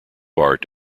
art